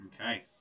Okay